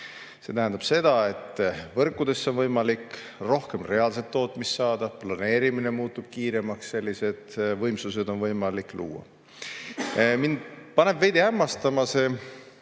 See tähendab seda, et siis on võrkudesse võimalik rohkem reaalset tootmist saada ja planeerimine muutub kiiremaks. Sellised võimsused on võimalik luua. Mind paneb veidi hämmastama see